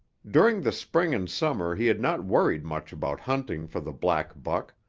during the spring and summer he had not worried much about hunting for the black buck.